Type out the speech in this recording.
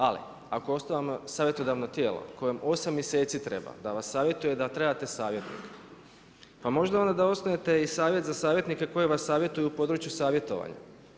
Ali ako osnujemo savjetodavno tijelo kojem 8 mjeseci treba da vas savjetuje da trebate savjetnika, pa možda onda da osnujete i savjet za savjetnike koje vas savjetuju u području savjetovanja?